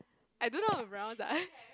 I don't know how